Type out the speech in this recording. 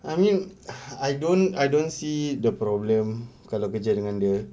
I mean I don't I don't see the problem kalau kerja dengan dia